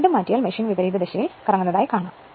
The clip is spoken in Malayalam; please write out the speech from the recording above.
എന്നാൽ രണ്ടും മാറ്റിയാൽ മെഷീൻ വിപരീത ദിശയിൽ കറങ്ങും